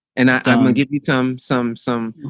and and i'm gonna give you some some some